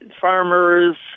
farmers